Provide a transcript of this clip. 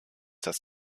das